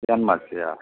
ધ્યાનમાં જ છે આ